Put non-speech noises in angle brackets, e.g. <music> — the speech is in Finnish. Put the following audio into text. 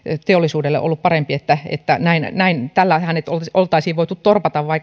teollisuudelle ollut parempi että että näin näin tällä hänet oltaisiin voitu torpata vai <unintelligible>